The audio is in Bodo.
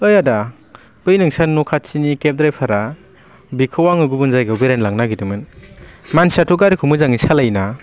ओइ आदा बे नोंस्रानि न' खाथिनि केब ड्राइभारा बेखौ आङो गुबुन जायगायाव बेरायनो लांनो नागिरदोंमोन मानसियाथ' गारिखौ मोजाङै सालायो ना